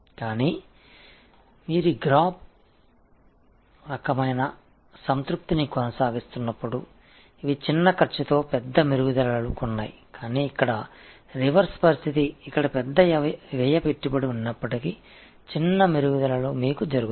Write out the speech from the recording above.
ஆனால் நீங்கள் இந்த வரைபடத்தை நிறைவு செய்யும் போது சிறிய செலவில் பெரிய முன்னேற்றங்கள் உள்ளன ஆனால் இங்கே தலைகீழ் நிலைமை பெரிய செலவு முதலீடு இருந்தபோதிலும் சிறிய முன்னேற்றங்கள் உங்களுக்கு ஏற்படும்